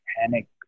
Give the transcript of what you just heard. panic